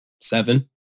seven